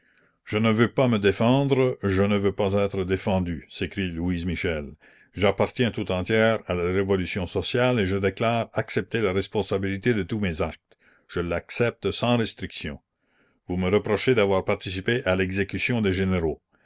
je ne veux pas me défendre je ne veux pas être défendue s'écrie louise michel j'appartiens tout entière à la révolution sociale et je déclare accepter la responsabilité de tous mes actes je l'accepte sans restriction vous me reprochez d'avoir participé à l'exécution des généraux